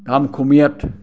ধামখুমীয়াত